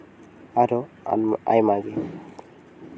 ᱟᱨᱚ ᱟᱭᱢᱟᱜᱮ